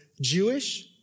Jewish